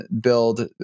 build